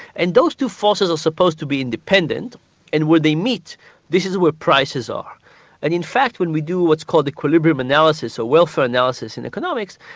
and those two forces are supposed to be independent and where they meet this is where the prices are. and in fact when we do what is called the equilibrium analysis, or welfare analysis, in economics,